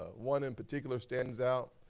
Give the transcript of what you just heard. ah one in particular stands out,